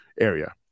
area